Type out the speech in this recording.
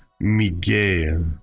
Miguel